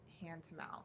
hand-to-mouth